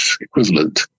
equivalent